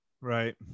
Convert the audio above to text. Right